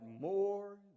more